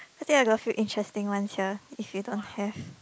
I think I got a few interesting ones here if you don't have